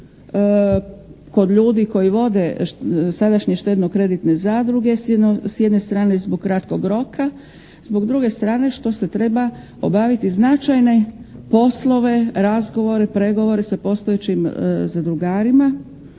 kod ljudi koji vode sadašnje štedno-kreditne zadruge s jedne strane zbog kratkog roka. Zbog druge strane što se treba obaviti značajne poslove, razgovore, pregovore sa postojećim zadrugarima